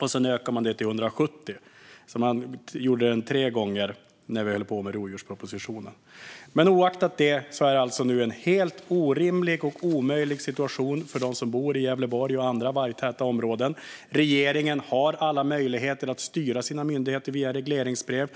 och sedan ökar man det till 170. Man gjorde det tre gånger när vi höll på med rovdjurspropositionen. Oaktat det är det nu en helt orimlig och omöjlig situation för dem som bor i Gävleborg och andra vargtäta områden. Regeringen har alla möjligheter att styra sina myndigheter via regleringsbrev.